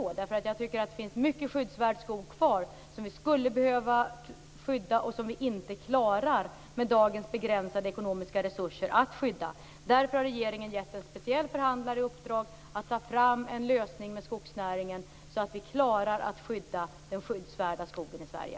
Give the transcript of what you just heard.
Jag tycker att det finns mycket skyddsvärd skog som vi skulle behöva skydda och som vi med dagens begränsade ekonomiska resurser inte klarar att skydda. Därför har regeringen gett en speciell förhandlare i uppdrag att ta fram en lösning med skogsnäringen så att vi klarar att skydda den skyddsvärda skogen i Sverige.